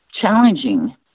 challenging